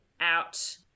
out